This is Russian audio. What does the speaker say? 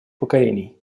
поколений